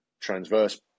transverse